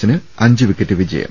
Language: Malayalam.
ശിന് അഞ്ച് വിക്കറ്റ് വിജയം